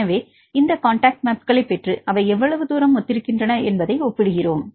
எனவே இந்த காண்டாக்ட் மேப்களை பெற்று அவை எவ்வளவு தூரம் ஒத்திருக்கின்றன என்பதை ஒப்பிடுகிறோம்